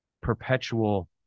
perpetual